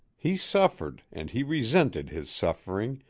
he suffered and he resented his suffering,